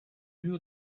you